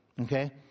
Okay